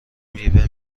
میوه